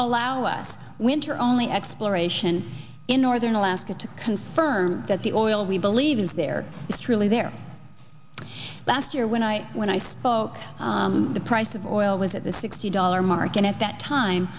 allow us winter only exploration in northern alaska to confirm that the oil we believe is there is truly there last year when i when i spoke the price of oil was at the sixty dollar mark and at that time